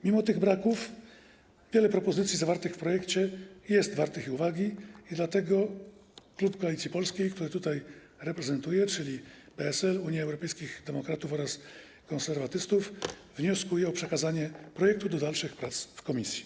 Mimo tych braków wiele propozycji zawartych w projekcie jest wartych uwagi, dlatego klub Koalicji Polskiej, który tutaj reprezentuję, czyli PSL, Unia Europejskich Demokratów oraz Konserwatyści, wnioskuje o przekazanie projektu do dalszych prac w komisji.